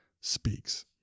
speaks